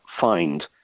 find